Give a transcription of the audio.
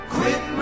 Quit